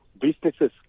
businesses